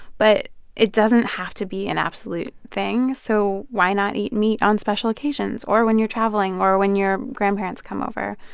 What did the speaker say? but it doesn't have to be an absolute thing. so why not eat meat on special occasions or when you're traveling or when your grandparents come over?